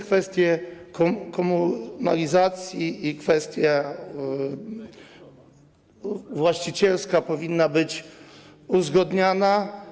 Kwestie komunalizacji i kwestia właścicielska też powinny być uzgadniane.